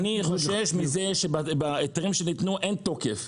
אני חושש מזה שבהיתרים שניתנו אין תוקף.